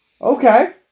Okay